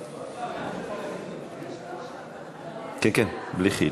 הצעתו של חבר הכנסת עיסאווי פריג',